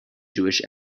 jewish